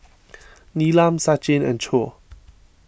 Neelam Sachin and Choor